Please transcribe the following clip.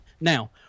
Now